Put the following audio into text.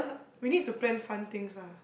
we need to plan fun things ah